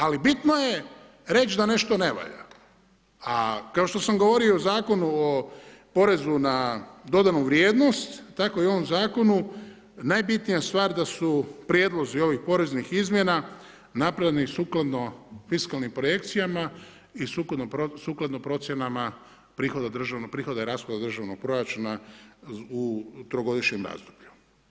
Ali bitno je reć da nešto ne valja, a kao što sam govorio o Zakonu u porezu na dodanu vrijednost, tako i u ovom zakonu, najbitnija stvar da su prijedlozi ovih poreznih izmjena napravljeni sukladno fiskalnim projekcijama i sukladno procjenama prihoda i rashoda državnog proračuna u trogodišnjem razdoblju.